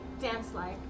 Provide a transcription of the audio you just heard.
dance-like